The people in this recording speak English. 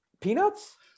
Peanuts